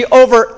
over